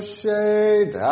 shade